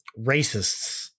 racists